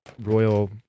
royal